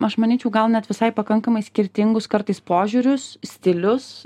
aš manyčiau gal net visai pakankamai skirtingus kartais požiūrius stilius